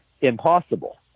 impossible